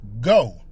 Go